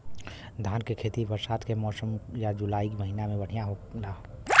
धान के खेती बरसात के मौसम या जुलाई महीना में बढ़ियां होला?